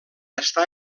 estar